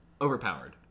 Overpowered